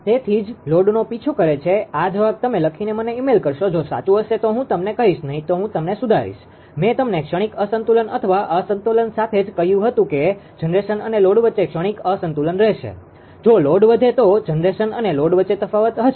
તેથી જ લોડનો પીછો કરે છે આ જવાબ તમે લખીને મને ઈમેઈલ કરશો જો સાચું હશે તો હું તમને કહીશ નહીં તો હું તમને સુધારીશ મે તમને ક્ષણિક અસંતુલન અથવા અસંતુલન સાથે જ કહ્યું હતું કે જનરેશન અને લોડ વચ્ચે ક્ષણિક અસંતુલન રહેશે જો લોડ વધે તો જનરેશન અને લોડ વચ્ચે તફાવત હશે